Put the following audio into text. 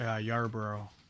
yarborough